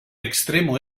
extremo